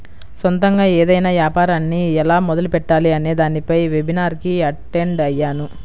సొంతగా ఏదైనా యాపారాన్ని ఎలా మొదలుపెట్టాలి అనే దానిపై వెబినార్ కి అటెండ్ అయ్యాను